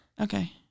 Okay